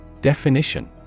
definition